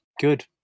good